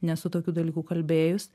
nesu tokių dalykų kalbėjus